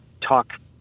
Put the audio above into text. talk